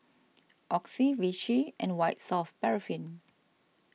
Oxy Vichy and White Soft Paraffin